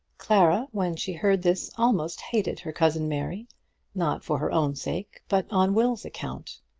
clara, when she heard this, almost hated her cousin mary not for her own sake, but on will's account.